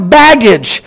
baggage